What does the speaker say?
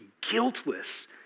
guiltless